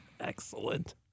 Excellent